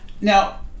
Now